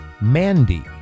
Mandy